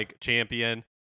champion